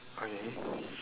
okay